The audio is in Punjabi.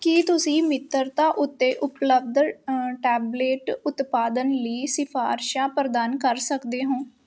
ਕੀ ਤੁਸੀਂ ਮਿੱਤਰਤਾ ਉੱਤੇ ਉਪਲੱਬਧ ਟੈਬਲੇਟ ਉਤਪਾਦਨ ਲਈ ਸਿਫਾਰਸ਼ਾਂ ਪ੍ਰਦਾਨ ਕਰ ਸਕਦੇ ਹੋ